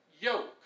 yoke